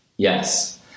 Yes